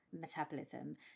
metabolism